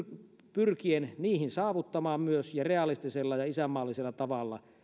pyrkien ne saavuttamaan myös realistisella ja isänmaallisella tavalla